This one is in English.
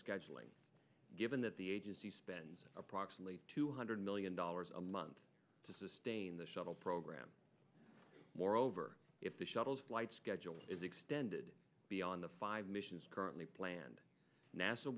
scheduling given that the agency spends approximately two hundred million dollars a month to sustain the shuttle program moreover if the shuttle's flight schedule is extended beyond the five missions currently planned nasa